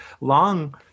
long